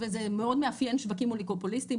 וזה מאוד מאפיין שווקים אוליגופוליסטים,